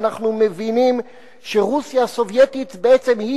ואנחנו מבינים שרוסיה הסובייטית בעצם היא